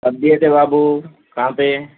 کب دیے تھے بابو کہاں پہ